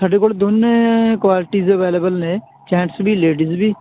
ਸਾਡੇ ਕੋਲ ਦੋਵੇਂ ਕੁਆਲਿਟੀਜ ਅਵੇਲੇਬਲ ਨੇ ਜੈਂਟਸ ਵੀ ਲੇਡੀਜ ਵੀ